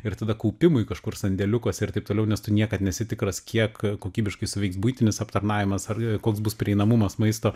ir tada kaupimui kažkur sandėliukuose ir taip toliau nes tu niekad nesi tikras kiek kokybiškai suveiks buitinis aptarnavimas ar koks bus prieinamumas maisto